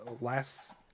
last